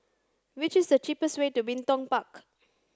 what is the cheapest way to Bin Tong Park